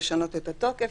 לשנות את התוקף.